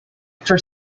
for